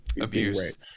abuse